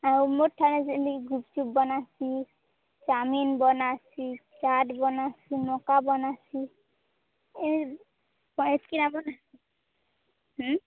ଆଉ ମୁଁ ଠାନେ ଯେମିତି କି ଗୁପ୍ଚୁପ୍ ବନାସି ଚାଓମିନ୍ ବନାସି ଚାଟ୍ ବନାସି ମକା ବନାସି ଏ ସାଇଟ୍ କେ ଆମର୍ ଉଁ